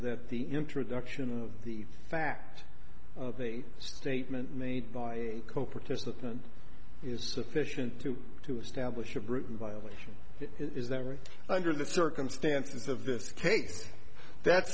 that the introduction of the fact of the statement made by a coke participant is sufficient to to establish a brew violation it is that right under the circumstances of this case that's